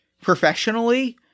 professionally –